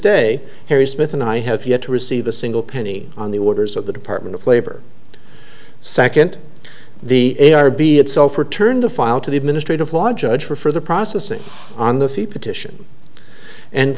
day harry smith and i have yet to receive a single penny on the orders of the department of labor second the error be itself returned a file to the administrative law judge for further processing on the feet petition and